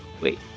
wait